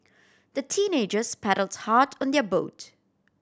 the teenagers paddled hard on their boat